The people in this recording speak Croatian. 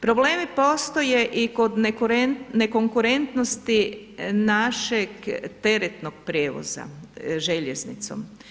Problemi postoje i kod ne konkurentnosti našeg teretnog prijevoza željeznicom.